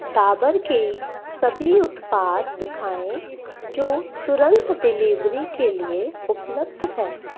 डाबर के सभी उत्पाद दिखाएँ जो तुरंत डिलीवरी के लिए उपलब्ध हैं